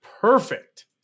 perfect